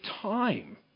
time